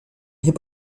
hip